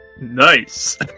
Nice